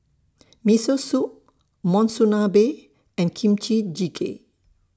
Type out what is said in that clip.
Miso Soup Monsunabe and Kimchi Jjigae